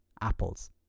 apples